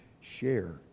share